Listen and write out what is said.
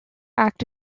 act